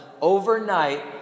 overnight